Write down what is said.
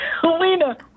Helena